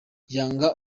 yanga